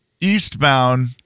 eastbound